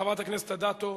חברת הכנסת רחל אדטו,